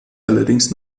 allerdings